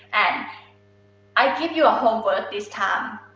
and i give you ah homework this time.